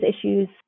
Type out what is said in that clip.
issues